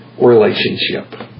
relationship